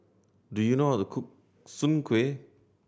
do you know how to cook soon kway